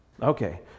Okay